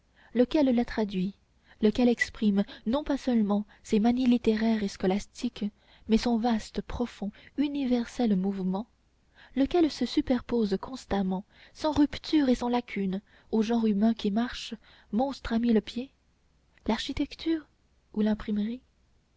lequel la traduit lequel exprime non pas seulement ses manies littéraires et scolastiques mais son vaste profond universel mouvement lequel se superpose constamment sans rupture et sans lacune au genre humain qui marche monstre à mille pieds l'architecture ou l'imprimerie